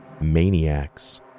maniacs